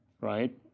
right